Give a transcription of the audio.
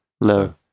No